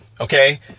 Okay